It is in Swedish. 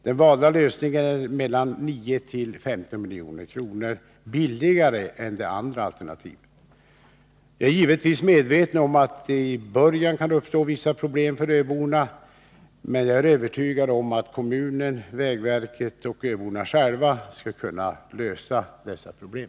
Den valda lösningen är mellan 9 och 15 milj.kr. billigare än de andra alternativen. Jag är givetvis medveten om att det i början kan uppstå vissa problem för öborna, men jag är övertygad om att kommunen, vägverket och öborna själva skall kunna lösa dessa problem.